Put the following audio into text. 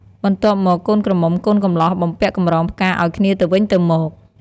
បន្ទាប់់មកកូនក្រមុំកូនកំលោះបំពាក់កម្រងផ្កាអោយគ្នាទៅវិញទៅមក ។